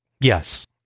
yes